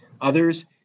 others